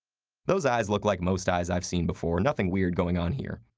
those eyes look like most eyes i've seen before, nothing weird going on here.